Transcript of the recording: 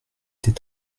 était